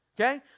okay